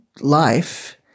life